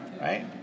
Right